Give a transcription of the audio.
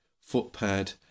footpad